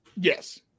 Yes